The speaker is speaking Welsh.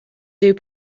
dyw